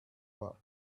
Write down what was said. war